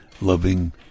loving